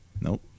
Nope